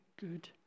good